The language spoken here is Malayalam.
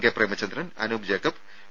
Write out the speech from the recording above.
K Premachandran Anoop Jacob V